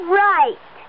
right